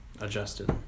Adjusted